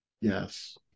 Yes